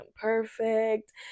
perfect